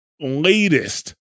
latest